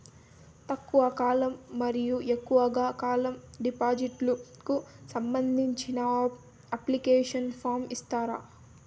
తక్కువ కాలం మరియు ఎక్కువగా కాలం డిపాజిట్లు కు సంబంధించిన అప్లికేషన్ ఫార్మ్ ఇస్తారా?